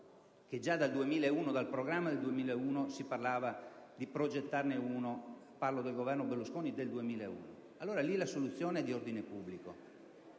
che già dal programma del 2001 si parlava di progettarne uno (parlo del Governo Berlusconi del 2001). Lì la soluzione è di ordine pubblico;